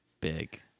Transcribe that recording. big